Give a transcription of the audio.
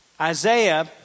Isaiah